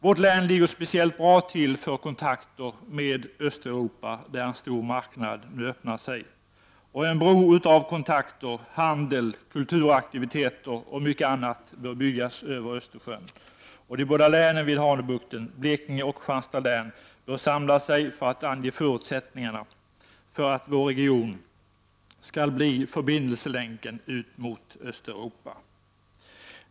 Vårt län ligger speciellt bra till för kontakter med Östeuropa, där en stor marknad nu öppnar sig. En bro av kontakter, handel, kulturaktiviteter och mycket annat bör byggas över Östersjön. De båda länen vid Hanöbukten, Blekinge och Kristianstads län, bör samla sig för att ange förutsättningar för att vår region skall bli förbindelselänken med Östeuropa.